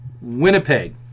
Winnipeg